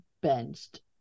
benched